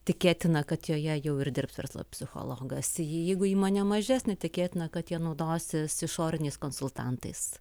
tikėtina kad joje jau ir dirbs verslo psichologas jeigu įmonė mažesnė tikėtina kad jie naudosis išoriniais konsultantais